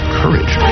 courage